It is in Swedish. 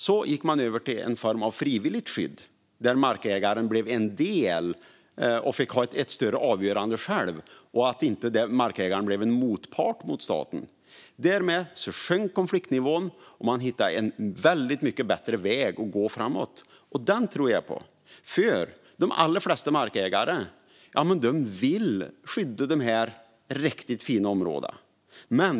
Så gick man över till en form av frivilligt skydd, där markägaren fick ha ett större avgörande själv och inte blev en motpart till staten. Därmed sjönk konfliktnivån, och man hittade en väldigt mycket bättre väg att gå framåt. Den vägen tror jag på, för de allra flesta markägare vill skydda de här riktigt fina områdena.